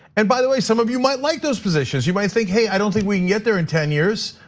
and by the way, some of you might like those positions. you might think, hey, i don't think we can get there in ten years.